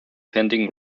pending